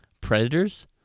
Predators